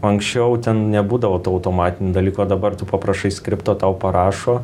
anksčiau ten nebūdavo tų automatinių dalykų o dabar tu paprašai skripto tau parašo